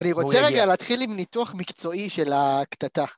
אני רוצה רגע להתחיל עם ניתוח מקצועי של הקטטה.